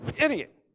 idiot